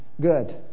Good